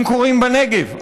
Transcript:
הם קורים בנגב.